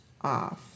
off